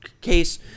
case